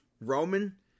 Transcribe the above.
Roman